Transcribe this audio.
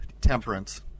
Temperance